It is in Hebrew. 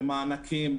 במענקים,